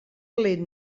lent